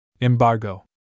Embargo